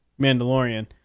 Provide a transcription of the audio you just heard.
Mandalorian